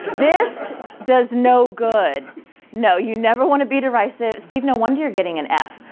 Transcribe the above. this does no good no you never want to be derisive. steve no wonder getting an f,